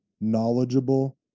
knowledgeable